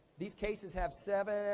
these cases have seven,